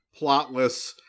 plotless